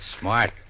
smart